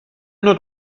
not